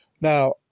Now